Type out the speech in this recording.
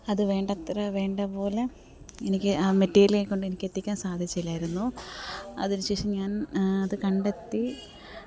അത് വേണ്ടത്ര വേണ്ടപോലെ എനിക്ക് ആ മെറ്റീരിലെ കൊണ്ട് എനിക്ക് എത്തിക്കാന് സാധിച്ചില്ലായിരുന്നു അതിന് ശേഷം ഞാന് അത് കണ്ടെത്തി